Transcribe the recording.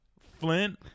Flint